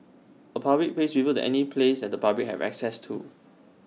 A public place refers to any place at the public have access to